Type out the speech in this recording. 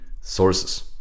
sources